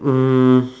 um